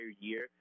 year